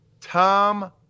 Tom